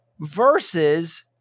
versus